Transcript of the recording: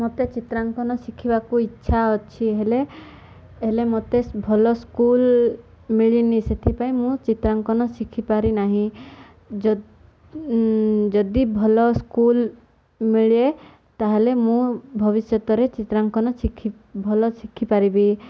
ମୋତେ ଚିତ୍ରାଙ୍କନ ଶିଖିବାକୁ ଇଚ୍ଛା ଅଛି ହେଲେ ହେଲେ ମୋତେ ଭଲ ସ୍କୁଲ ମିଳିନି ସେଥିପାଇଁ ମୁଁ ଚିତ୍ରାଙ୍କନ ଶିଖିପାରିନାହିଁ ଯଦି ଭଲ ସ୍କୁଲ ମିଳେ ତା'ହେଲେ ମୁଁ ଭବିଷ୍ୟତରେ ଚିତ୍ରାଙ୍କନ ଭଲ ଶିଖିପାରିବି